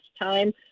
time